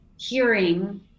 hearing